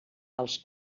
els